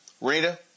Rita